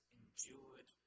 endured